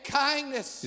kindness